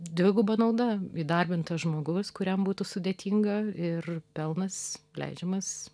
dviguba nauda įdarbintas žmogus kuriam būtų sudėtinga ir pelnas leidžiamas